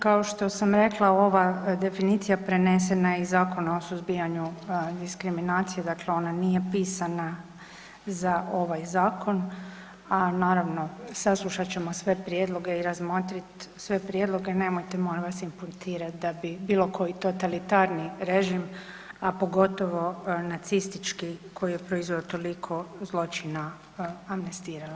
Kao što sam rekla ova definicija prenesena je iz Zakona o suzbijanju diskriminacije, dakle ona nije pisana za ovaj zakon, a naravno saslušat ćemo sve prijedloge i razmotrit sve prijedloge, nemojte molim vas imputirat da bi bilo koji totalitarni režim, a pogotovo nacistički koji je proizveo toliko zločina amnestirala.